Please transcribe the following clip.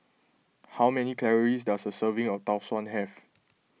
how many calories does a serving of Tau Suan have